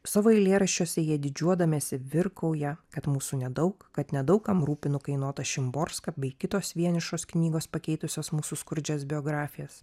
savo eilėraščiuose jie didžiuodamiesi virkauja kad mūsų nedaug kad nedaug kam rūpi nukainuota šimborska bei kitos vienišos knygos pakeitusios mūsų skurdžias biografijas